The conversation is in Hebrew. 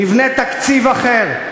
נבנה תקציב אחר,